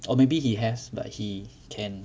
or maybe he has but he can